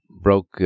broke